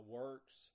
works